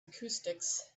acoustics